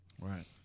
Right